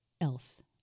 else